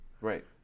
right